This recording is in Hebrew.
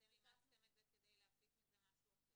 ואתם אימצתם את זה כדי להפיק מזה משהו אחר.